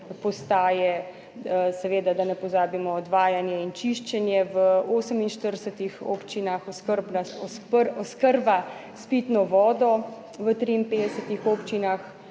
postaje, seveda, da ne pozabimo, odvajanje in čiščenje v 48 občinah, oskrba s pitno vodo v 53 občinah,